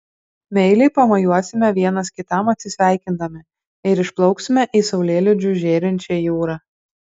meiliai pamojuosime vienas kitam atsisveikindami ir išplauksime į saulėlydžiu žėrinčią jūrą